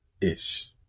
Ish